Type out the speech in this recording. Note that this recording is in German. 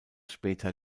später